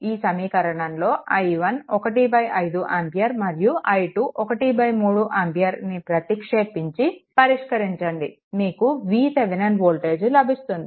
ఈ సమీకరణంలో i1 15 ampere మరియు i2 13 ఆంపియర్ అని ప్రతిక్షేపించి పరిష్కరించండి మీకు VThevenin వోల్టేజ్ లభిస్తుంది